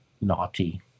naughty